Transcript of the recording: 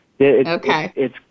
Okay